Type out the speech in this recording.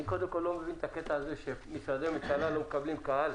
אני לא מבין את זה שמשרדי הממשלה לא מקבלים קהל,